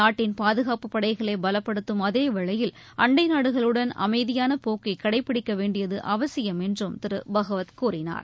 நாட்டின் பாதுகாப்பு படைகளை பலப்படுத்தும் அதேவேளையில் அண்டை நாடுகளுடன் அமைதியான போக்கை கடைபிடிக்க வேண்டியது அவசியம் என்றும் திரு பாகவத் கூறினார்